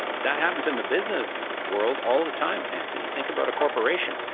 that happens in the business world all the time, antony. think about a corporation.